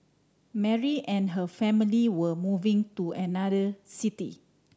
Mary and her family were moving to another city